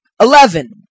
Eleven